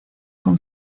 con